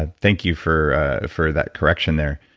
and thank you for for that correction there.